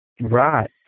Right